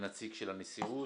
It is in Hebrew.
כנציג של הנשיאות.